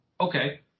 okay